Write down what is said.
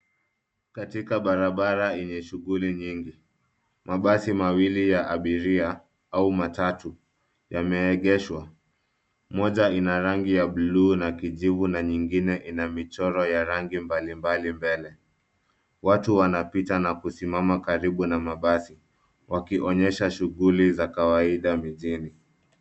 Katika barabara yenye shughuli nyingi. Mabasi mawili ya abiria au matatu yameegeshwa. Moja ina rangi ya bluu na kijivu na nyingine ina michoro ya rangi mbalimbali mbele. Watu wanapita na kusimama karibu na mabasi wakionyesha shughuli za kawaida mijini.